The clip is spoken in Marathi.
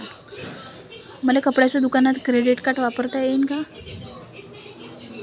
मले कपड्याच्या दुकानात क्रेडिट कार्ड वापरता येईन का?